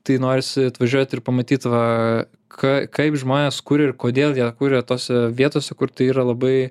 tai norisi atvažiuoti ir pamatyt va ką kaip žmonės kur ir kodėl jie kuria tose vietose kur tai yra labai